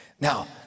Now